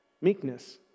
Meekness